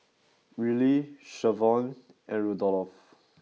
Rillie Shavon and Rudolfo